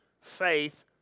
faith